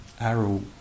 arrow